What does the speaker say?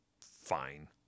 Fine